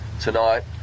Tonight